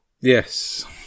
Yes